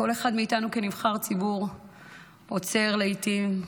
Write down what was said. כל אחד מאיתנו כנבחר ציבור עוצר לעיתים,